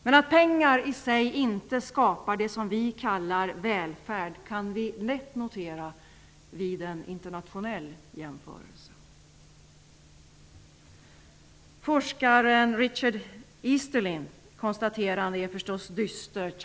Men att pengar i sig inte skapar det vi kallar välfärd kan vi lätt notera vid en internationell jämförelse. Forskaren Richard Easterlins konstaterande är förstått dystert.